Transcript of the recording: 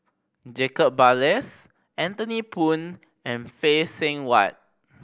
Jacob Ballas Anthony Poon and Phay Seng Whatt